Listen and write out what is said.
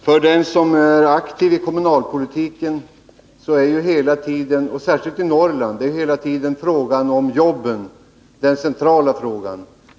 Herr talman! För den som är aktiv i kommunalpolitiken, särskilt i Norrland, är frågan om jobben hela tiden den centrala frågan.